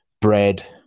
bread